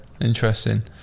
interesting